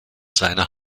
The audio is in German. seiner